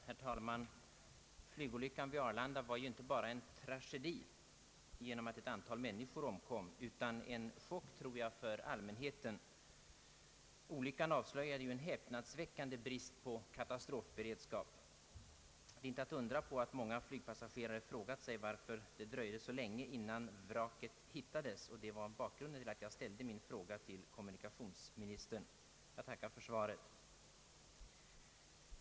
Herr talman! Flygolyckan vid Arlanda var inte bara en tragedi genom att ett antal människor omkom, utan också en chock för allmänheten. Olyckan avslöjade en häpnadsväckande brist på katastrofberedskap. Det är inte att undra på att flygpassagerare frågar sig varför det dröjde så länge innan vraket hittades. Detta var bakgrunden till att jag ställde min fråga till kommunikationsministern. Jag tackar för svaret.